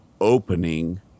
opening